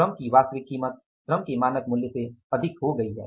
श्रम की वास्तविक कीमत श्रम के मानक मूल्य से अधिक हो गई है